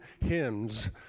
hymns